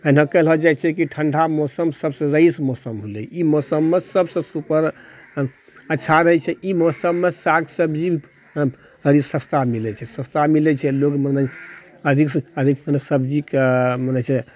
एना कहलो जाइ छै की ठण्डा मौसम सबसँ रईस मौसम होलै ई मौसममे सबसँ सूपर अच्छा रहै छै ई मौसममे साग सब्जी बड़ी सस्ता मिलै छै सस्ता मिलै छै लोग मने अधिकसँ अधिक मने सब्जीके मने छै